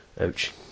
ouch